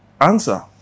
answer